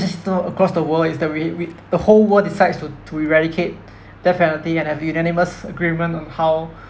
justice system across the world is that we we the whole world decides to to eradicate death penalty and have unanimous agreement on how